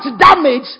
damage